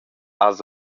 has